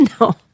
No